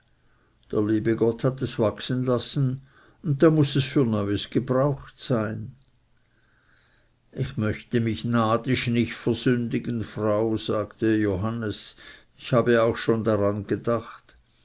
der liebe gott hat es wachsen lassen und da muß es für neuis gebraucht sein ich möchte mich nadisch nicht versündigen frau sagte johannes ich habe auch schon daran gedacht